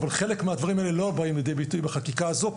חלק מהדברים האלה לא באים לידי ביטוי בחקיקה הזו,